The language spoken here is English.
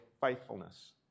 faithfulness